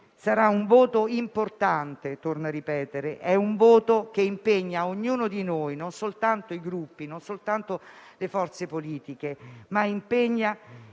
sarà importante. È - torno a ripetere - un voto che impegna ognuno di noi (non soltanto i Gruppi, non soltanto le forze politiche, ma anche